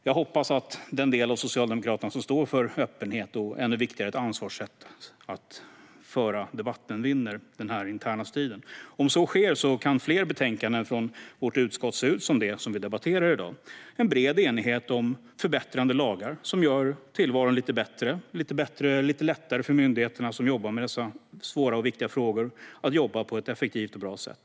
Jag hoppas att den del av Socialdemokraterna som står för öppenhet och, ännu viktigare, ett ansvarsfullt sätt att föra debatten vinner denna interna strid. Om så sker kan fler betänkanden från vårt utskott se ut som det vi debatterar i dag - en bred enighet om förbättrande lagar som gör tillvaron lite bättre och gör det lite lättare för de myndigheter som jobbar med dessa svåra och viktiga frågor att göra det på ett effektivt och bra sätt.